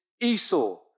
Esau